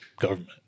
government